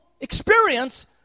experience